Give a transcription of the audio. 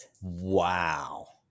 Wow